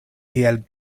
tiel